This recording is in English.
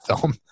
film